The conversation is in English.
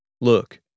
Look